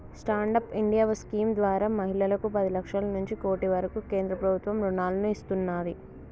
stand up India scheme ద్వారా మహిళలకు పది లక్షల నుంచి కోటి వరకు కేంద్ర ప్రభుత్వం రుణాలను ఇస్తున్నాది